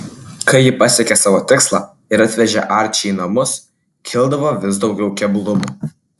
kai ji pasiekė savo tikslą ir atvežė arčį į namus kildavo vis daugiau keblumų